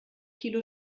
kilo